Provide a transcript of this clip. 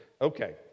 okay